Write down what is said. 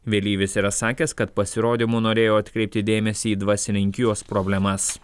vėlyvis yra sakęs kad pasirodymu norėjo atkreipti dėmesį į dvasininkijos problemas